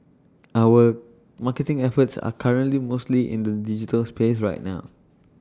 our marketing efforts are currently mostly in the digital space right now